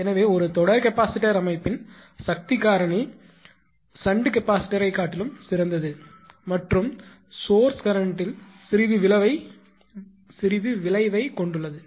எனவே ஒரு தொடர் கெபாசிட்டர் அமைப்பின் சக்தி காரணி ஷன்ட் கெபாசிட்டரைக் காட்டிலும் சிறந்தது மற்றும் சோர்ஸ் கரண்ட்டில் சிறிது விளைவைக் கொண்டுள்ளது